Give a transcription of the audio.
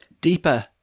Deeper